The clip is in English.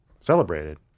celebrated